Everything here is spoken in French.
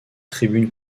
tribune